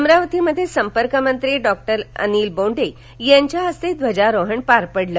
अमरावतीमध्ये संपर्कमंत्री डॉक्टर अनिल बोंडे यांच्या हस्ते ध्वजारोहण पार पडलं